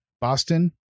Boston